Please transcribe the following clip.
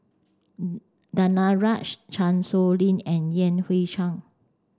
Danaraj Chan Sow Lin and Yan Hui Chang